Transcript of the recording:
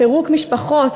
פירוק משפחות,